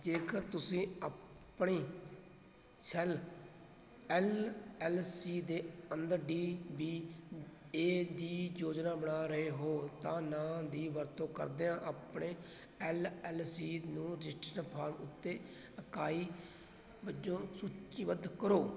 ਜੇਕਰ ਤੁਸੀਂ ਆਪਣੀ ਸੈੱਲ ਐੱਲ ਐੱਲ ਸੀ ਦੇ ਅੰਦਰ ਡੀ ਬੀ ਏ ਦੀ ਯੋਜਨਾ ਬਣਾ ਰਹੇ ਹੋ ਤਾਂ ਨਾਂ ਦੀ ਵਰਤੋਂ ਕਰਦਿਆਂ ਆਪਣੇ ਐੱਲ ਐੱਲ ਸੀ ਨੂੰ ਰਜਿਸਟ੍ਰੇਸ਼ਨ ਫਾਰਮ ਉੱਤੇ ਇਕਾਈ ਵਜੋਂ ਸੂਚੀਬੱਧ ਕਰੋ